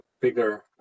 bigger